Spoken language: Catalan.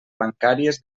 bancàries